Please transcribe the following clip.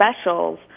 specials